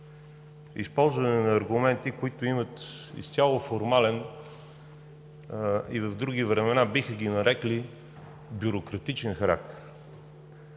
използване на аргументи, които имат изцяло формален – в други времена биха го нарекли „бюрократичен“ характер.